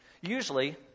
Usually